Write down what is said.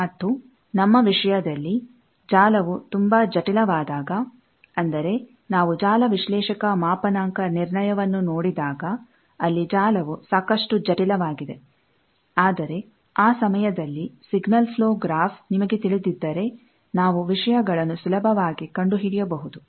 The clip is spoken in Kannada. ಮತ್ತು ನಮ್ಮ ವಿಷಯದಲ್ಲಿ ಜಾಲವು ತುಂಬಾ ಜಟಿಲವಾದಾಗ ಅಂದರೆ ನಾವು ಜಾಲ ವಿಶ್ಲೇಷಕ ಮಾಪಾನಾಂಕ ನಿರ್ಣಯವನ್ನು ನೋಡಿದಾಗ ಅಲ್ಲಿ ಜಾಲವು ಸಾಕಷ್ಟು ಜಟಿಲವಾಗಿದೆ ಆದರೆ ಆ ಸಮಯದಲ್ಲಿ ಸಿಗ್ನಲ್ ಪ್ಲೋ ಗ್ರಾಫ್ ನಿಮಗೆ ತಿಳಿದಿದ್ದರೆ ನಾವು ವಿಷಯಗಳನ್ನು ಸುಲಭವಾಗಿ ಕಂಡುಹಿಡಿಯಬಹುದು